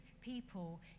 people